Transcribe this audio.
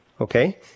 Okay